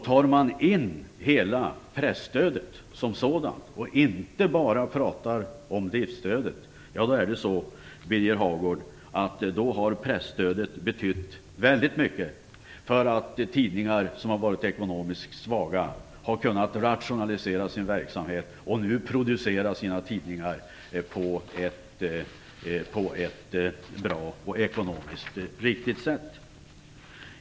Ser man till hela presstödet som sådant, inte bara till driftsstödet, finner man, Birger Hagård, att pressstödet har betytt väldigt mycket för att tidningar som har varit ekonomiskt svaga har kunnat rationalisera sin verksamhet, så att de nu kan produceras på ett bra och ekonomiskt riktigt sätt.